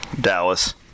Dallas